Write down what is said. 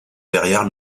derrière